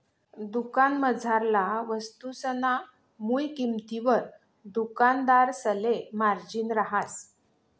दुकानमझारला वस्तुसना मुय किंमतवर दुकानदारसले मार्जिन रहास